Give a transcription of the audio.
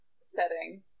setting